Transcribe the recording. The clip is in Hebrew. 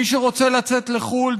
מי שרוצה לצאת לחו"ל,